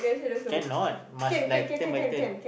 cannot must like turn by turn